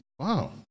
Wow